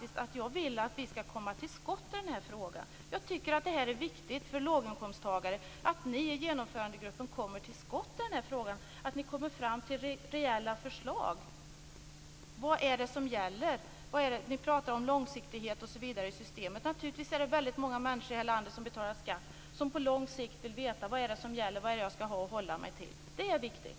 Jag vill att vi skall komma till skott i den här frågan. Jag tycker att det är viktigt för låginkomsttagare att ni i Genomförandegruppen kommer till skott och att ni kommer fram till reella förslag. Vad är det som gäller? Ni pratar om långsiktighet osv. i systemet. Det är naturligtvis väldigt många människor i det här landet som betalar skatt som på lång sikt vill veta vad det är som gäller och vad de skall hålla sig till. Det är viktigt.